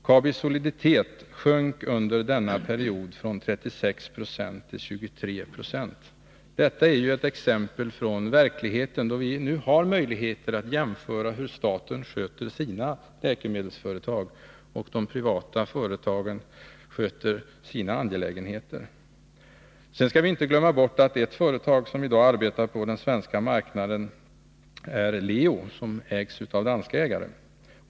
Kabis soliditet sjönk under denna period från 36 9 till 23 90. Detta är ett exempel från verkligheten, där vi har möjligheter att jämföra hur staten har skött sitt läkemedelsföretag och de privata företagen har skött sina angelägenheter. Vi skall inte heller glömma bort att ett företag som i dag arbetar på den svenska marknaden är Leo, som har dansk ägare.